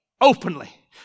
openly